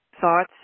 thoughts